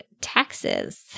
taxes